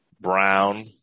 Brown